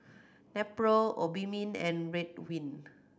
Nepro Obimin and Ridwind